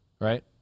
right